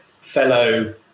fellow